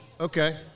Okay